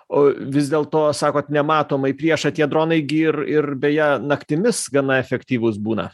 o vis dėl to sakot nematomai priešą tie dronai gi ir ir beje naktimis gana efektyvūs būna